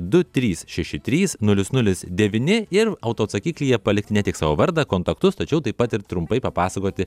du trys šeši trys nulis nulis devyni ir autoatsakiklyje palikti ne tik savo vardą kontaktus tačiau taip pat ir trumpai papasakoti